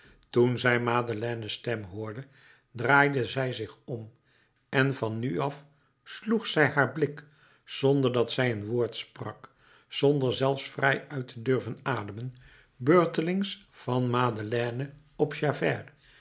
toen zij madeleine's stem hoorde draaide zij zich om en van nu af sloeg zij haar blik zonder dat zij een woord sprak zonder zelfs vrij uit te durven ademen beurtelings van madeleine op javert